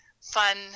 fun